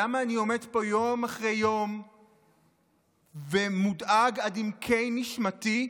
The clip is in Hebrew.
למה אני עומד פה יום אחרי יום ומודאג עד עמקי נשמתי?